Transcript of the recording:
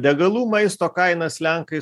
degalų maisto kainas lenkai